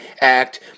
act